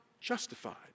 justified